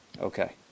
Okay